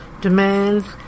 demands